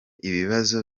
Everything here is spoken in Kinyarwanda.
ibibazo